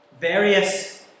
various